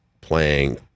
playing